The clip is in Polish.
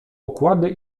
okłady